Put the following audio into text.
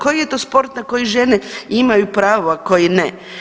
Koji je to sport na koji žene imaju pravo, a koji ne?